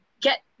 get